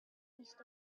east